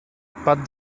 but